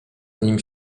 nim